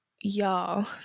y'all